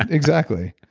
exactly.